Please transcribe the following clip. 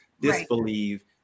disbelieve